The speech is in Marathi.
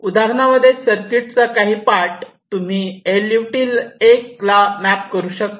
या उदाहरणांमध्ये सर्किट चा काही पार्ट तुम्ही एल यु टी 1 ला मॅप करू शकतात